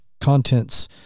contents